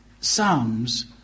psalms